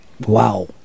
Wow